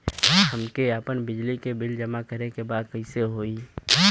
हमके आपन बिजली के बिल जमा करे के बा कैसे होई?